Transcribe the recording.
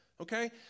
Okay